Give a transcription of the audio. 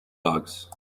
bugs